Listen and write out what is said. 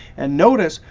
and notice,